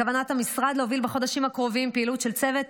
בכוונת המשרד להוביל בחודשים הקרובים פעילות של צוות